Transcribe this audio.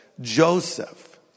Joseph